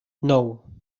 nou